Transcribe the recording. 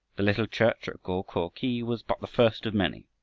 the little church at go-ko-khi was but the first of many.